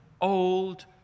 old